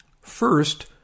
First